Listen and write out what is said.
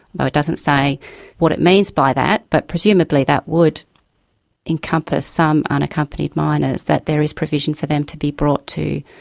though it doesn't say what it means by that, but presumably that would encompass some unaccompanied minors, that there is provision for them to be brought to.